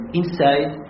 inside